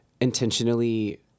intentionally